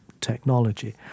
technology